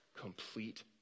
complete